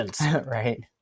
Right